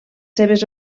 seves